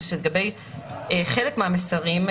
שלגבי חלק מהמסרים,